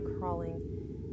crawling